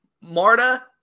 Marta